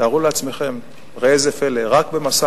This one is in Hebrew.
תארו לעצמכם, ראה זה פלא, רק במשא-ומתן.